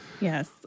Yes